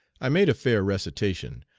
i made a fair recitation,